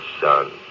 son